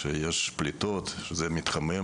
שיש פליטות ושזה מתחמם,